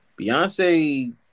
Beyonce